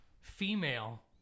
female